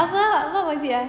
apa ah what was it ah